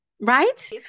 Right